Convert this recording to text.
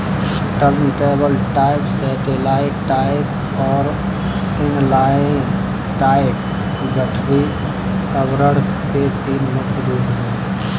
turntable type, satellite type और inline type गठरी आवरण के तीन मुख्य रूप है